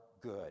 good